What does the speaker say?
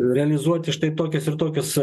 realizuoti štai tokius ir tokius